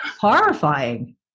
horrifying